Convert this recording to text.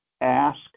ask